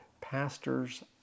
pastors